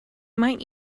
might